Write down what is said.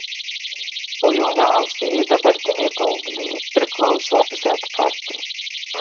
o jauniausieji dabartiniai paaugliai priklauso z kartai